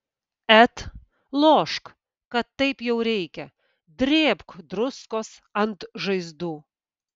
et lošk kad taip jau reikia drėbk druskos ant žaizdų